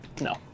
No